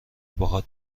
باهات